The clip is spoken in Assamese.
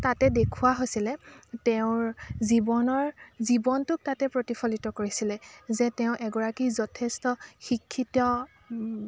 তাতে দেখুওৱা হৈছিলে তেওঁৰ জীৱনৰ জীৱনটোক তাতে প্ৰতিফলিত কৰিছিলে যে তেওঁ এগৰাকী যথেষ্ট শিক্ষিত